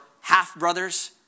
half-brothers